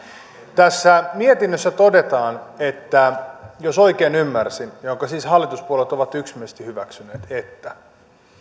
tässä mietinnössä todetaan jos oikein ymmärsin ja jonka siis hallituspuolueet ovat yksimielisesti hyväksyneet että